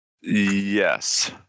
Yes